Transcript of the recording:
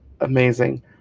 Amazing